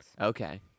Okay